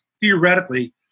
theoretically